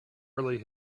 really